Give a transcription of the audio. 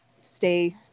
stay